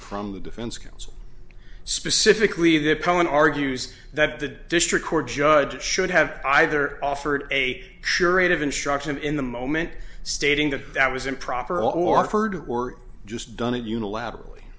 from the defense counsel specifically that cohen argues that the district court judge should have either offered a charade of instruction in the moment stating that that was improper or heard or just done it unilaterally